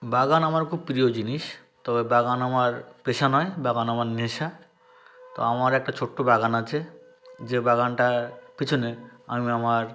বাগান আমার খুব প্রিয় জিনিস তবে বাগান আমার পেশা নয় বাগান আমার নেশা তো আমার একটা ছোট্ট বাগান আছে যে বাগানটার পিছনে আমি আমার